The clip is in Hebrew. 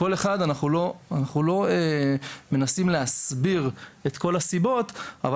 אנחנו לא מנסים להסביר את כל הסיבות אבל